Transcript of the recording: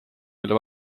mille